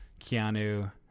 Keanu